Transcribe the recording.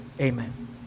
Amen